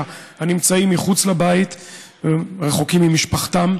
הנמצאים מחוץ לבית ורחוקים ממשפחתם.